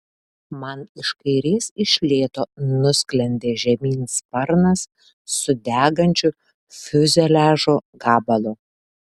man iš kairės iš lėto nusklendė žemyn sparnas su degančiu fiuzeliažo gabalu